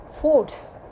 force